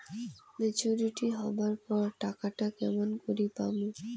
Maturity হবার পর টাকাটা কেমন করি পামু?